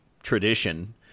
tradition